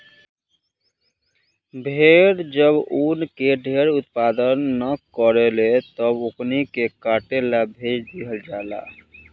भेड़ जब ऊन के ढेर उत्पादन न करेले तब ओकनी के काटे ला भेज दीहल जाला